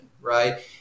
right